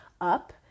up